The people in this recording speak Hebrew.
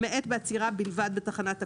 למעטד בעצירה בלבד בתחנת אוטובוס.